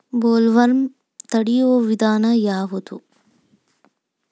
Bollworm ತಡಿಯು ವಿಧಾನ ಯಾವ್ದು?